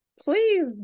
Please